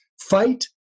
fight